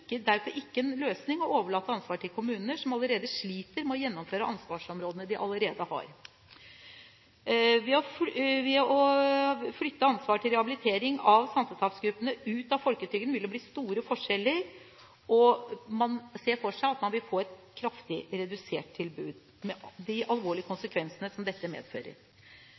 en løsning å overlate ansvaret til kommunene, som allerede sliter med å gjennomføre de ansvarsområdene de har. Ved å flytte ansvar for rehabilitering av sansetapsgruppene ut av folketrygden, vil det bli store forskjeller, og man ser for seg at man vil få et kraftig redusert tilbud, med de alvorlige konsekvensene som dette medfører.